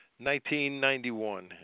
1991